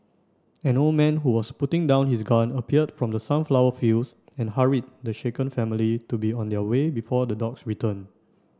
an old man who was putting down his gun appeared from the sunflower fields and hurried the shaken family to be on their way before the dogs return